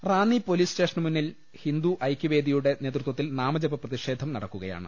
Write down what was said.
Ranni police സ്റ്റേഷനുമുന്നിൽ ഹിന്ദുഐക്യവേദിയുടെ നേതൃ ത്വത്തിൽ നാമജപ പ്രതിഷേധം നടക്കുകയാണ്